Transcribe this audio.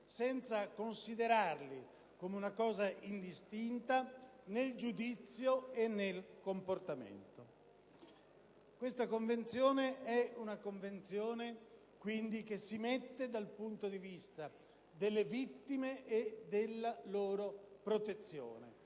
senza considerarli in maniera indistinta nel giudizio e nel comportamento. Si tratta quindi di una Convenzione che si mette dal punto di vista delle vittime e della protezione